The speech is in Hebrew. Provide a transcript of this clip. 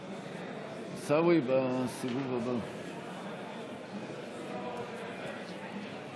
שטרית, מצביעה אלעזר שטרן, מצביע